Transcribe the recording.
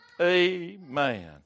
Amen